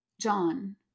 John